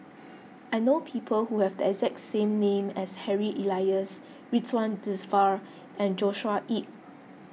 I know people who have the exact name as Harry Elias Ridzwan Dzafir and Joshua Ip